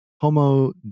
*Homo